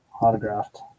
Autographed